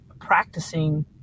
practicing